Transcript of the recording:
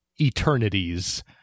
eternities